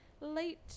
late